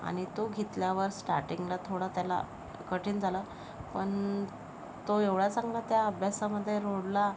आणि तो घेतल्यावर स्टार्टिंगला थोडा त्याला कठीण झालं पण तो एवढा चांगला त्या अभ्यासामध्ये रुळला